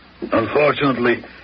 Unfortunately